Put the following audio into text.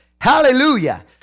Hallelujah